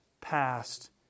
past